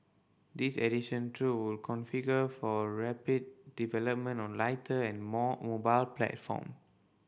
this additional troop will configured for rapid development on lighter and more mobile platform